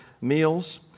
meals